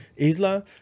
Isla